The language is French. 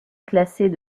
classés